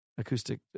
acoustic